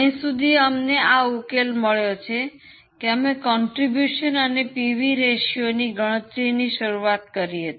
અહીં સુધી અમને આ ઉકેલ મળ્યું છે અમે ફાળો અને પીવી રેશિયોની ગણતરીથી શરૂઆત કરી હતી